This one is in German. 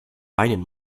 weinen